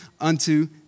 unto